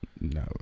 No